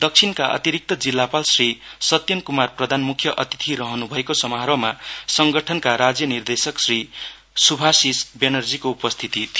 दक्षिणका अतिरिक्त जिल्लापाल श्री सत्यनकुमार प्रधान मुख्य अतिथि रहनुभएको समारोहमा संगठनका राज्य निर्देशक श्री सुभाशिस व्यानर्जीको उपस्थिति थियो